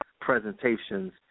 presentations